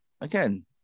again